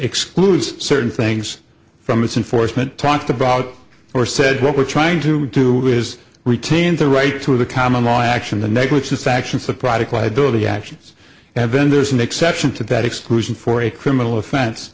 excludes certain things from its enforcement talked about or said what we're trying to do is retain the right to the common law action the neck which is factions the product liability actions and then there's an exception to that exclusion for a criminal offense